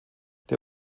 der